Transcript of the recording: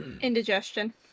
Indigestion